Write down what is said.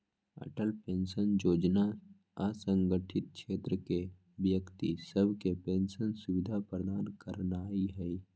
Atal pension जोजना असंगठित क्षेत्र के व्यक्ति सभके पेंशन सुविधा प्रदान करनाइ हइ